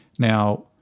Now